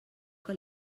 que